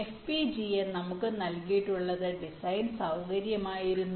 FPGA നമുക്ക് നൽകിയിട്ടുള്ളത് design സൌകര്യമായിരുന്നു